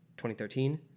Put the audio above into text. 2013